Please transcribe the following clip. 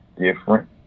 different